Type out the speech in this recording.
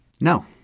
no